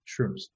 shrooms